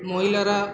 মহিলারা